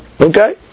Okay